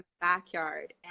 backyard